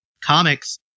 comics